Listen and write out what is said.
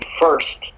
first